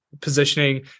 positioning